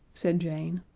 said jane.